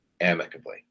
amicably